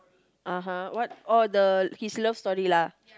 (uh huh) what all the his love story lah